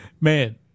Man